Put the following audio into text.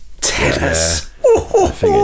Tennis